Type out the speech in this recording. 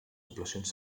poblacions